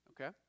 Okay